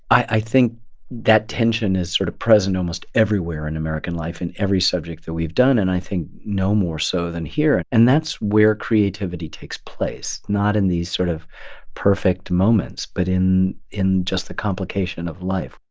i think that tension is sort of present almost everywhere in american life in every subject that we've done. and i think no more so than here. and that's where creativity takes place. not in these sort of perfect moments, but in in just the complication of life.